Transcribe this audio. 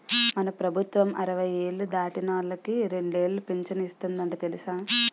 మన ప్రభుత్వం అరవై ఏళ్ళు దాటినోళ్ళకి రెండేలు పింఛను ఇస్తందట తెలుసా